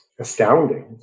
astounding